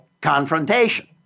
confrontation